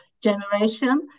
generation